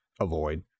avoid